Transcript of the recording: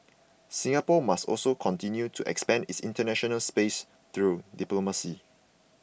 Singapore must also continue to expand its international space through diplomacy